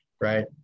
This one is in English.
right